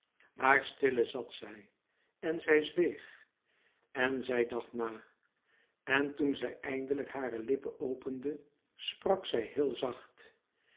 maar stille zat zij en zij zweeg en zij dacht na en toen zij eindelijk hare lippen opende sprak zij heel zacht